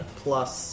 plus